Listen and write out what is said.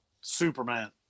Superman